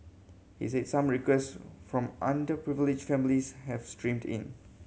he said some request from underprivileged families have streamed in